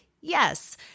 Yes